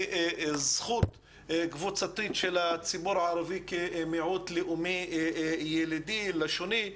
זכות קבוצתית של הציבור הערבי כמיעוט לאומי ילידי לשוני.